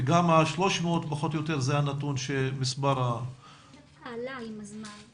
וגם ה-300 פחות או יותר זה הנתון --- זה עלה עם הזמן,